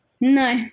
No